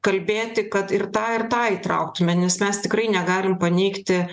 kalbėti kad ir tą ir tą įtrauktume nes mes tikrai negalim paneigti